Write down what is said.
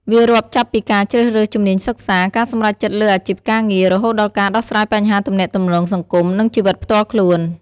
វារាប់ចាប់ពីការជ្រើសរើសជំនាញសិក្សា ការសម្រេចចិត្តលើអាជីពការងារ រហូតដល់ការដោះស្រាយបញ្ហាទំនាក់ទំនងសង្គម និងជីវិតផ្ទាល់ខ្លួន។